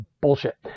bullshit